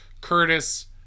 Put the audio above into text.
Curtis